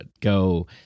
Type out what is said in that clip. Go